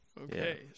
Okay